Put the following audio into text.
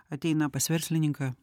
ateina pas verslininką